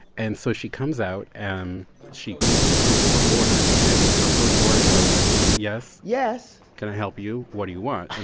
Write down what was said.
and so she comes out, and she greets this group of reporters, and her first words are like, yes? yes? can i help you? what do you want? and